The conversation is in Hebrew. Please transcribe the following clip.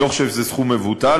אני לא חושב שזה סכום מבוטל.